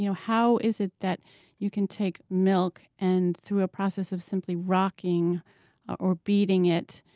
you know how is it that you can take milk, and through a process of simply rocking or beating it,